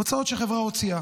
הוצאות שחברה הוציאה